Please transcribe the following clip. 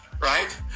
right